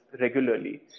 regularly